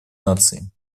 наций